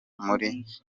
muri